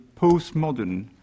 postmodern